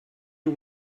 you